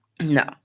No